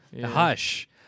Hush